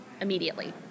immediately